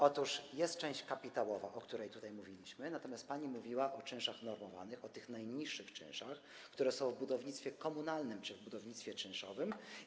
Otóż jest część kapitałowa, o której tutaj mówiliśmy, natomiast pani mówiła o czynszach normowanych, o tych najniższych czynszach, które są w budownictwie komunalnym czy w budownictwie czynszowym.